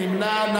מי נמנע?